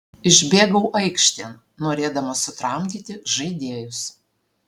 išbėgau aikštėn norėdamas sutramdyti žaidėjus